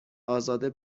ازاده